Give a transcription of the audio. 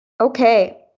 Okay